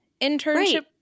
internship